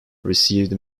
received